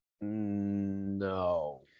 no